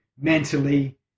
mentally